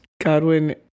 Godwin